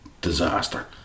disaster